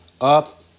up